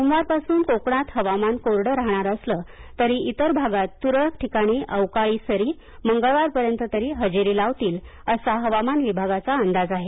सोमवारपासून कोकणात हवामान कोरडं राहणार असलं तरी इतर भागात तुरळक ठिकाणी अवकाळी सरी मंगळवारपर्यंत तरी हजेरी लावतील असा हवामान विभागाचा अंदाज आहे